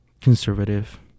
conservative